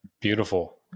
Beautiful